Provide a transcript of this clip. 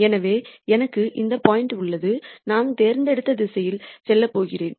எனவே எனக்கு இந்த பாயிண்ட் உள்ளது நான் தேர்ந்தெடுத்த திசையில் செல்லப் போகிறேன்